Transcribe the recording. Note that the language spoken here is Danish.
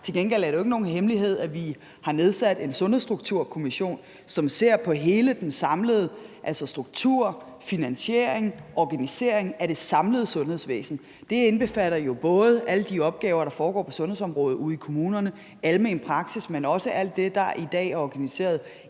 Til gengæld er det jo ikke nogen hemmelighed, at vi har nedsat en Sundhedsstrukturkommission, som ser på hele strukturen, finansieringen og organiseringen af det samlede sundhedsvæsen. Det indbefatter jo både alle de opgaver, der foregår på sundhedsområdet ude i kommunerne, almen praksis, men også alt det, der i dag er organiseret